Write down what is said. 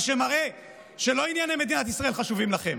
מה שמראה שלא ענייני מדינת ישראל חשובים לכם,